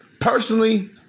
Personally